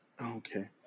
Okay